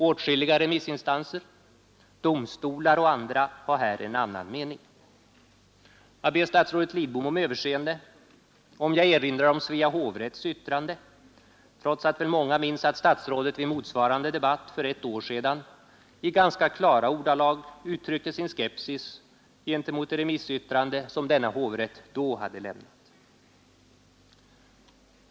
Åtskilliga remissinstanser — domstolar och andra — har här en annan mening. Jag ber statsrådet Lidbom om överseende om jag erinrar om Svea hovrätts yttrande, trots att väl många minns att statsrådet i motsvarande debatt för ett år sedan i ganska klara ordalag uttryckte sin skepsis gentemot det remissyttrande som denna hovrätt då hade lämnat.